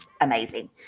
amazing